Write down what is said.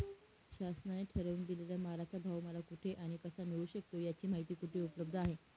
शासनाने ठरवून दिलेल्या मालाचा भाव मला कुठे आणि कसा मिळू शकतो? याची माहिती कुठे उपलब्ध आहे?